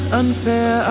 unfair